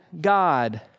God